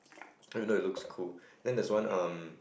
then you know it looks cool then there's one um